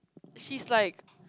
she's like